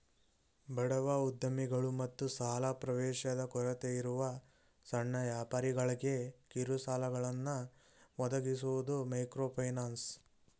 ಬಡವ ಉದ್ಯಮಿಗಳು ಮತ್ತು ಸಾಲ ಪ್ರವೇಶದ ಕೊರತೆಯಿರುವ ಸಣ್ಣ ವ್ಯಾಪಾರಿಗಳ್ಗೆ ಕಿರುಸಾಲಗಳನ್ನ ಒದಗಿಸುವುದು ಮೈಕ್ರೋಫೈನಾನ್ಸ್